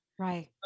Right